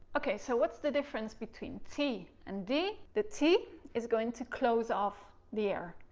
okay, so what's the difference between t and d? the t is going to close off the air,